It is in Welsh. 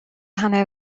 hanner